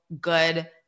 good